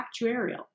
actuarial